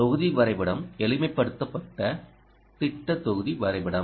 தொகுதி வரைபடம் எளிமைப்படுத்தப்பட்ட திட்ட தொகுதி வரைபடம்